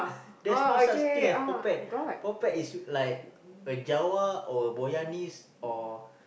there's no such thing as potpet potpet is like a Java or Boyanese or